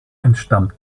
entstammt